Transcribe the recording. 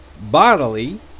bodily